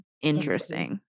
interesting